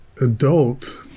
adult